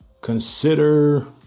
consider